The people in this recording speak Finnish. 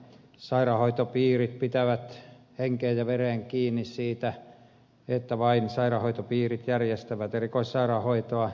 sairaanhoitopiirit pitävät henkeen ja vereen kiinni siitä että vain sairaanhoitopiirit järjestävät erikoissairaanhoitoa